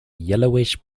yellowish